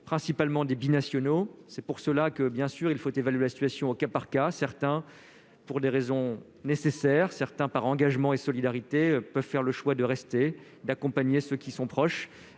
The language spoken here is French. principalement des binationaux, c'est pour cela que bien sûr il faut évaluer la situation au cas par cas, certains pour des raisons nécessaire certains par engagement et solidarité peuvent faire le choix de rester d'accompagner ceux qui sont proches,